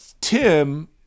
tim